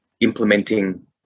implementing